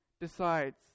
decides